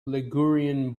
ligurian